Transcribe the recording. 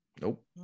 Nope